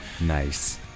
Nice